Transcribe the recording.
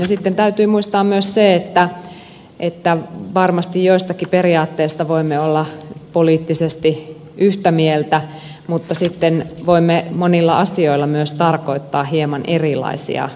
sitten täytyy muistaa myös se että varmasti joistakin periaatteista voimme olla poliittisesti yhtä mieltä mutta sitten voimme monilla asioilla myös tarkoittaa hieman erilaisia näkökulmia